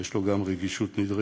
ויש לו גם רגישות נדרשת.